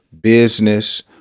business